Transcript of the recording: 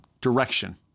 direction